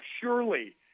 surely –